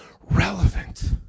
relevant